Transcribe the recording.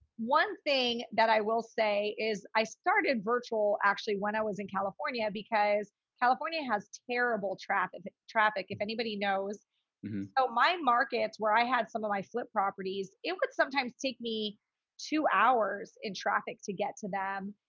one thing that i will say is i started virtual actually when i was in california because california has terrible traffic. if anybody knows ah my markets where i had some of my flip properties, it would sometimes take me two hours in traffic to get to them.